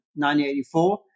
1984